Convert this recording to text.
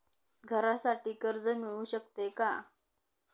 घरासाठी कर्ज मिळू शकते का?